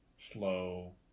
slow